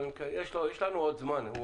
אבל יש לנו עוד זמן,